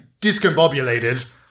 discombobulated